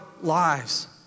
lives